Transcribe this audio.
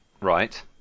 right